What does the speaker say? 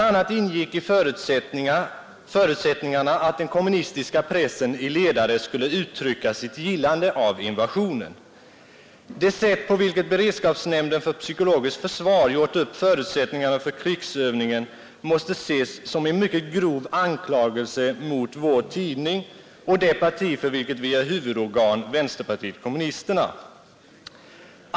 a. ingick i förutsättningarna att den kommunistiska pressen i ledare skulle uttrycka sitt gillande av invasionen. Det sätt på vilket beredskapsnämnden för psykologiskt försvar gjort upp förutsättningarna för krigsövningen måste ses som en mycket grov anklagelse mot vår tidning och det parti för vilket vi är huvudorgan, Vänsterpartiet Kommunisterna.